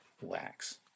wax